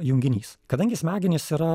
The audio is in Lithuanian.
junginys kadangi smegenys yra